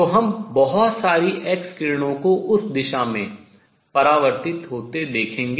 तो हम बहुत सारी एक्स किरणों को उस दिशा में परावर्तित होते देखेंगे